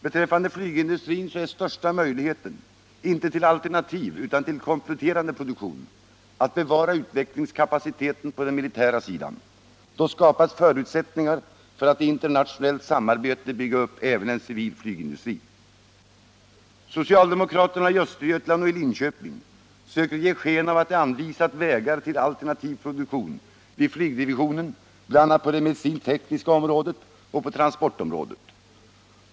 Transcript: Beträffande flygindustrin är största möjligheten — inte till alternativ utan till kompletterande produktion — att bevara utvecklingskapaciteten på den militära sidan. Då skapas förutsättningar för att i internationellt samarbete bygga upp även en civil flygindustri. Socialdemokraterna i Linköping och över huvud taget i Östergötland söker ge sken av att de anvisat vägar till alternativ produktion vid flygdivisionen bl.a. på det medicinskt-tekniska området och på transportområdet.